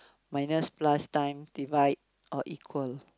minus plus times divide or equal